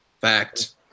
Fact